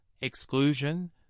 exclusion